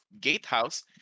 gatehouse